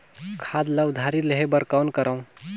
खाद ल उधारी लेहे बर कौन करव?